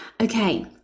Okay